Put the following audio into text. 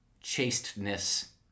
chasteness